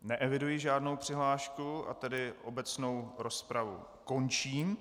Neeviduji žádnou přihlášku, tedy obecnou rozpravu končím.